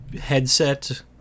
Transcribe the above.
headset